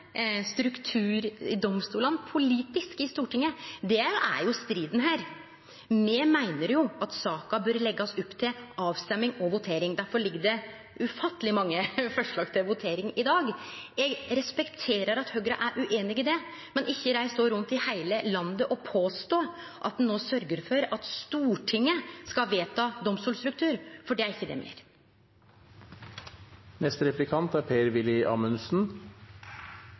struktur i domstolane politisk i Stortinget. Det er jo striden her. Me meiner at saka bør leggjast opp til røysting og votering, difor ligg det ufatteleg mange forslag til votering i dag. Eg respekterer at Høgre er ueinig i det, men ikkje reis rundt i heile landet og påstå at ein no sørgjer for at Stortinget skal vedta domstolstruktur – for det er ikkje det me gjer. Jeg opplever at representanten Vågslid er